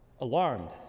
alarmed